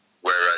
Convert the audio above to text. Whereas